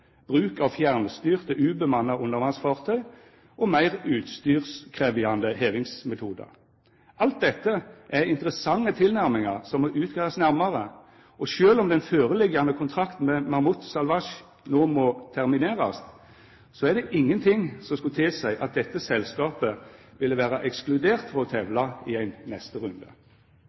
bruk av fjernstyrte ubemanna undervassfartøy og meir utstyrskrevjande hevingsmetodar. Alt dette er interessante tilnærmingar som må utgreiast nærare, og sjølv om den føreliggjande kontrakten med Mammoet Salvage no må terminerast, er det ingenting som skulle tilseie at dette selskapet vil vera ekskludert frå å tevla i ein neste runde.